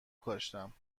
کاشتم